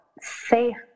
safe